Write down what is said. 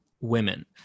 women